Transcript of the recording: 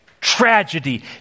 Tragedy